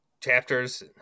chapters